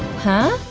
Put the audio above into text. huh?